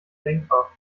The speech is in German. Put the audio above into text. denkbar